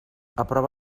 aprova